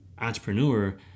entrepreneur